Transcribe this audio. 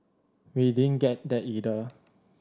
we didn't get that either